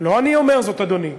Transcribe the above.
לא אני אומר זאת, אדוני,